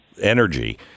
energy